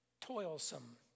toilsome